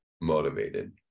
motivated